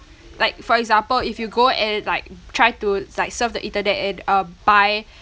like for example if you go and like try to like surf the internet and um buy